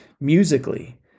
musically